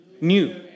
new